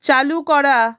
চালু করা